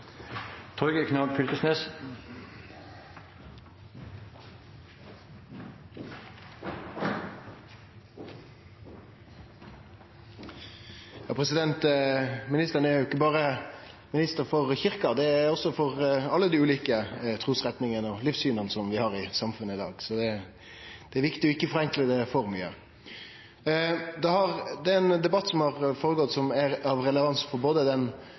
Ministeren er jo ikkje berre minister for kyrkja, men òg for alle dei ulike trusretningane og livssyna som vi har i samfunnet i dag. Så det er viktig å ikkje forenkle det for mykje. Det er ein debatt som har gått føre seg som er av relevans for både den